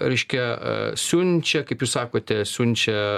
reiškia siunčia kaip jūs sakote siunčia